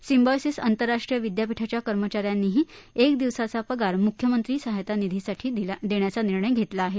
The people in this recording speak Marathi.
सिम्बॉयसिस आंतरराष्ट्रीय विद्यापीठाच्या कर्मचाऱ्यांनीही एक दिवसाचा पगार मुख्यमंत्री सहायता निधीसाठी देण्याचा निर्णय घेतला आहे